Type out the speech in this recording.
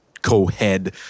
co-head